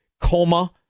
coma